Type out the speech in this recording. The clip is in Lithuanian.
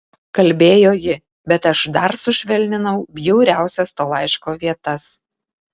kalbėjo ji bet aš dar sušvelninau bjauriausias to laiško vietas